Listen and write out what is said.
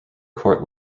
court